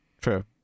true